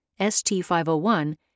ST501